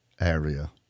area